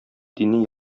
дини